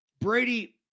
Brady